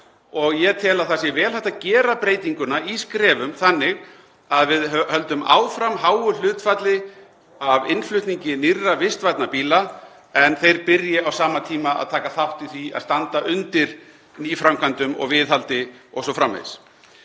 og ég tel að það sé vel hægt að gera breytinguna í skrefum þannig að við höldum áfram háu hlutfalli af innflutningi nýrra vistvænna bíla en þeir byrji á sama tíma að taka þátt í því að standa undir nýframkvæmdum og viðhaldi o.s.frv.